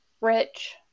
rich